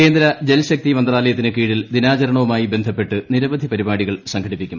കേന്ദ്രജൽശക്തി മന്ത്രാലയത്തിന് കീഴിൽ ദിനാചരണവുമായി ബന്ധപ്പെട്ട് നിരവധി പരിപാടികൾ സംഘടിപ്പിക്കും